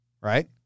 right